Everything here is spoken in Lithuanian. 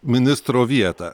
ministro vietą